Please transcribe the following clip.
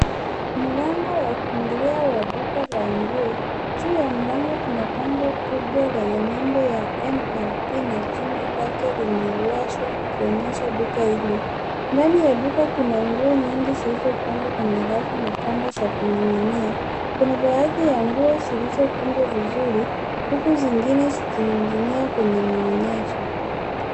Mlango wa kuingilia wa duka la nguo, juu wa mlango kuna bango kubwa lenye nembo ya MMP na jina lake limenyooshwa likionyesha duka hilo. Ndani ya duka kuna nguo nyingi zilizopangwa kwenye rafu na kamba za kuninginia. Kuna baadhi ya nguo zilizokunjwa vizuri huku zingine zikininginia kwenye maonyesho.